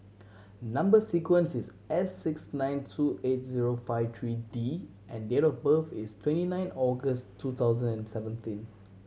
number sequence is S six nine two eight zero five three D and date of birth is twenty nine August two thousand and seventeen